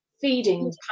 feeding